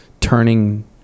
turning